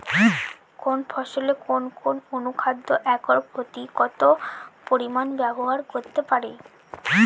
কোন ফসলে কোন কোন অনুখাদ্য একর প্রতি কত পরিমান ব্যবহার করতে পারি?